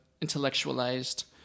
intellectualized